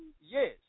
yes